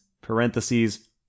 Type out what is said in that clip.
parentheses